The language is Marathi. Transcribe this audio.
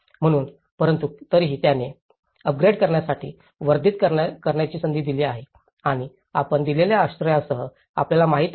म्हणून परंतु तरीही याने अपग्रेड करण्यासाठी वर्धित करण्याची संधी दिली आहे आणि आपण दिलेल्या आश्रयासह आपल्याला माहिती आहे